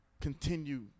continue